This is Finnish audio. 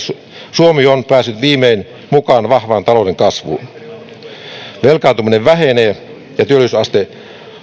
suomi on päässyt viimein mukaan vahvaan talouden kasvuun velkaantuminen vähenee ja työllisyysaste